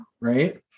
right